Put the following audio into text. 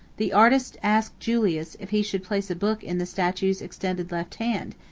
the artist asked julius if he should place a book in the statue's extended left hand,